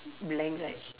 blank right